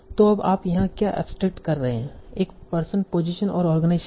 तो अब आप यहां क्या एब्सट्रैक्ट कर रहे हैं एक पर्सन पोजीशन और आर्गेनाइजेशन है